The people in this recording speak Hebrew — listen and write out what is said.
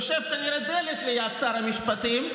שיושב כנראה דלת ליד שר המשפטים,